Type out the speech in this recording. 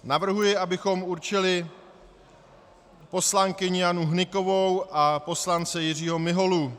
Navrhuji, abychom určili poslankyni Janu Hnykovou a poslance Jiřího Miholu.